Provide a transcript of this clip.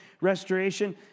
restoration